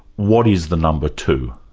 what is the number two?